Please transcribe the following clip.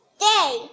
day